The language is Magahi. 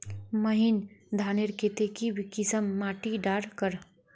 महीन धानेर केते की किसम माटी डार कर?